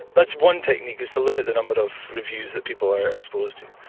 that's one technique, is to limit the number of reviews that people are exposed to.